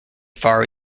far